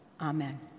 Amen